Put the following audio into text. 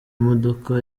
imodoka